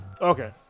Okay